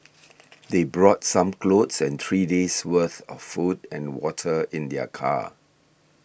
they brought some clothes and three days' worth of food and water in their car